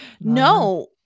no